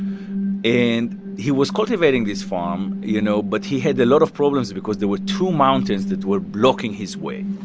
and he was cultivating this farm, you know, but he had a lot of problems because there were two mountains that were blocking his way.